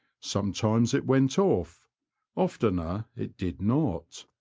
sometimes it went off oftener it did not.